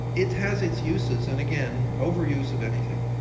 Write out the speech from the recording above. it has its uses, and, again, overuse of anything.